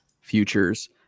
futures